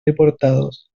deportados